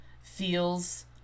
feels